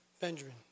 Benjamin